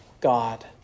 God